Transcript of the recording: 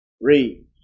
Read